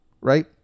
right